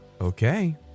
okay